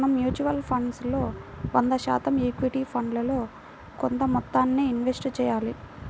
మనం mutual funds లో వంద శాతం ఈక్విటీ ఫండ్లలో కొంత మొత్తాన్నే ఇన్వెస్ట్ చెయ్యాలి